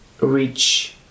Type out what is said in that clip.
reach